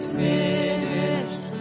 finished